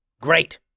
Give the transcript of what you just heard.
Great